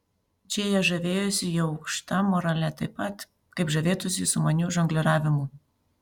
džėja žavėjosi jo aukšta morale taip pat kaip žavėtųsi sumaniu žongliravimu